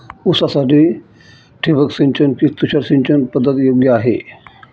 ऊसासाठी ठिबक सिंचन कि तुषार सिंचन पद्धत योग्य आहे?